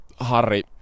Harry